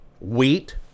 Wheat